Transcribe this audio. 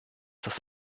das